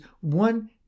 one